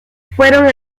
fueron